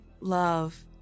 love